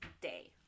day